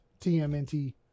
TMNT